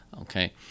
okay